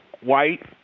white